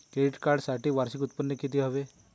Credit कार्डसाठी वार्षिक उत्त्पन्न किती हवे?